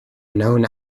known